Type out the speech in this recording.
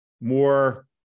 more